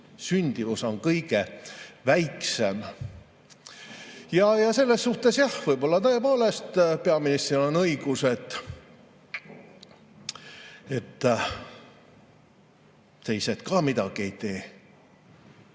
sündimus on kõige väiksem. Ja selles suhtes jah on võib-olla tõepoolest peaministril õigus, et teised ka ei tee